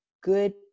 good